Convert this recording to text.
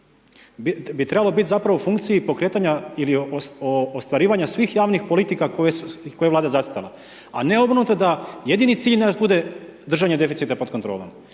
bi trebalo bit zapravo u funkciji pokretanja ili ostvarivanja svih javnih politika koje je Vlada zacrtala. A ne obrnuto da jedini cilj naš bude držanje deficita pod kontrolom.